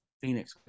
Phoenix